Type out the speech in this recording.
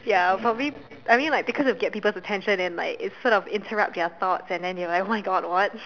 ya I'll probably I mean like to get people's attention and like it sort of interrupt their thoughts and they're like !oh-my-God! what